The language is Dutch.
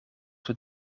door